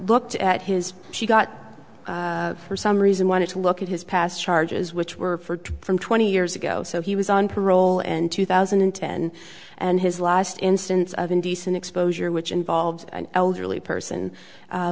looked at his she got for some reason wanted to look at his past charges which were for from twenty years ago so he was on parole in two thousand and ten and his last instance of indecent exposure which involved an elderly person